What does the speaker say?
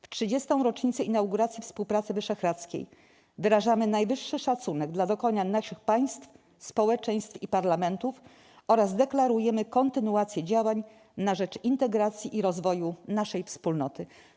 W 30. rocznicę inauguracji współpracy wyszehradzkiej wyrażamy najwyższy szacunek dla dokonań naszych państw, społeczeństw i parlamentów oraz deklarujemy kontynuację działań na rzecz integracji i rozwoju naszej wspólnoty”